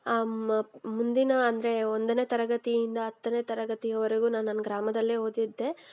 ಅಮ್ ಮ ಮುಂದಿನ ಅಂದರೆ ಒಂದನೇ ತರಗತಿಯಿಂದ ಹತ್ತನೇ ತರಗತಿಯವರೆಗೂ ನಾನು ನನ್ನ ಗ್ರಾಮದಲ್ಲೇ ಓದಿದ್ದೆ